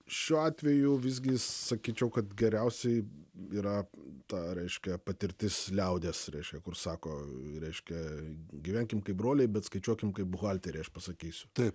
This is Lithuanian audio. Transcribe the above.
šiuo atveju visgi sakyčiau kad geriausiai yra ta raiška patirtis liaudies reiškia kur sako reiškia gyvenkim kaip broliai bet skaičiuokim kaip buhalteriai aš pasakysiu taip